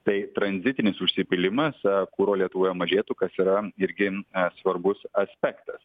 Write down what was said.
tai tranzitinis užsipylimas kuro lietuvoje mažėtų kas yra irgi svarbus aspektas